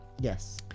yes